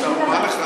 בבקשה.